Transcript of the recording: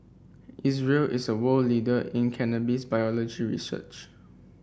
Israel is a world leader in cannabis biology research